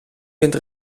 vindt